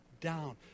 down